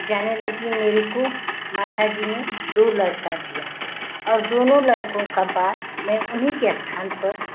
जाने लगी मेरे को माथा जी ने दो लड़का दिया और दोनों लड़कों का बाल मैं उन्हीं के स्थान पर